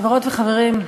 חברות וחברים,